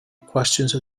question